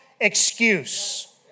excuse